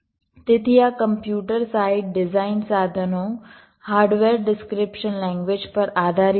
તેથી આ કમ્પ્યુટર સહાયિત ડિઝાઇન સાધનો હાર્ડવેર ડિસ્ક્રીપ્શન લેંગ્વેજ પર આધારિત છે